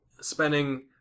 spending